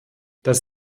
dass